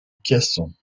caisson